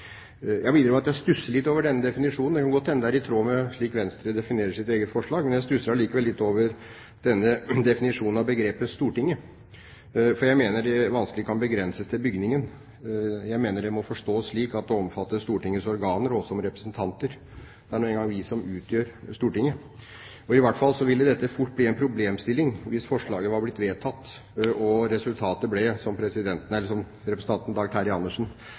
Jeg må innrømme at jeg stusser litt over denne definisjonen. Det kan godt hende den er i tråd med hvordan Venstre definerer sitt eget forslag, men jeg stusser likevel litt over denne definisjonen av begrepet «Stortinget», for jeg mener det vanskelig kan begrenses til bygningen. Jeg mener det må forstås slik at det omfatter Stortingets organer og oss representanter. Det er nå engang vi som utgjør Stortinget. I hvert fall ville dette fort bli en problemstilling hvis forslaget var blitt vedtatt og resultatet ble – som stortingspresident Dag Terje Andersen